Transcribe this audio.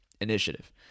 initiative